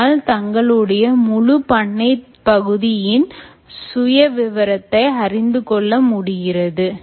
இதனால் தங்களுடைய முழு பண்ணை பகுதியின் சுயவிவரத்தை அறிந்துகொள்ள முடிகிறது